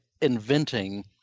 inventing